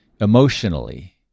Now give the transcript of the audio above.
emotionally